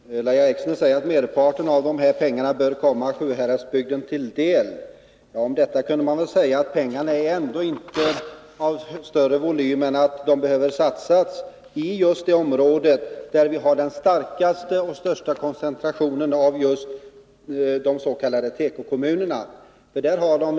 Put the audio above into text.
Herr talman! Lahja Exner säger att merparten av pengarna bör komma Sjuhäradsbygden till del. Medlen är emellertid inte större än att de bör satsas i det område där koncentrationen av tekokommuner är störst.